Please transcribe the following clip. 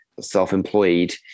self-employed